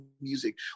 music